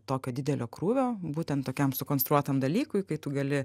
tokio didelio krūvio būtent tokiam sukonstruotam dalykui kai tu gali